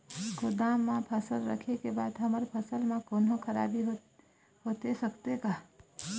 गोदाम मा फसल रखें के बाद हमर फसल मा कोन्हों खराबी होथे सकथे का?